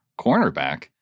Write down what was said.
cornerback